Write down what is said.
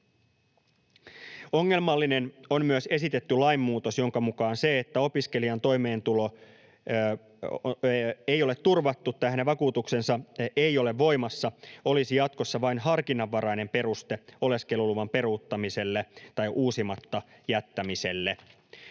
Ongelmallinen on myös esitetty lainmuutos, jonka mukaan se, että opiskelijan toimeentulo ei ole turvattu tai hänen vakuutuksensa ei ole voimassa, olisi jatkossa vain harkinnanvarainen peruste oleskeluluvan peruuttamiselle tai uusimatta jättämiselle.